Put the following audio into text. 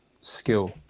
skill